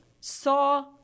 saw